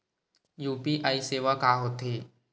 UPI सेवा का होथे?